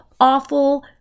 awful